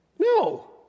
No